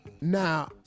Now